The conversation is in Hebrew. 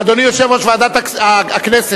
אדוני יושב-ראש ועדת הכנסת,